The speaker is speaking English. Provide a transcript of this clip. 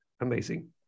amazing